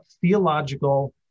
theological